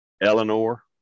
Eleanor